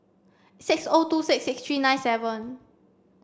six O two six six three nine seven